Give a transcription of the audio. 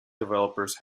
developers